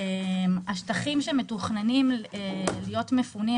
השטחים שמתוכננים להיות מפונים,